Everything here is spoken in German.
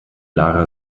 lara